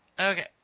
Okay